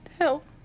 help